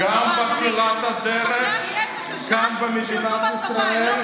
גם בתחילת הדרך וגם במדינת ישראל,